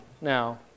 now